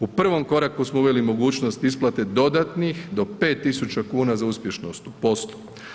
U prvom koraku smo uveli mogućnost isplate dodatnih do 5.000 kuna za uspješnost u poslu.